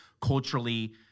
culturally